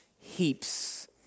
heaps